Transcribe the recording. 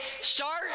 start